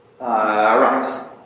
right